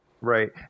Right